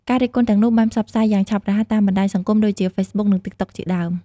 ការរិះគន់ទាំងនោះបានផ្សព្វផ្សាយយ៉ាងឆាប់រហ័សតាមបណ្តាញសង្គមដូចជាហ្វេសប៊ុក និង TikTok ជាដើម។